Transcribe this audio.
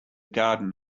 garden